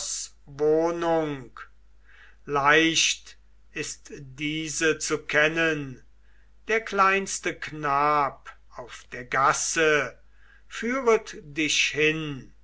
leicht ist diese zu kennen der kleinste knab auf der gasse führet dich hin